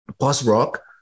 post-rock